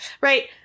right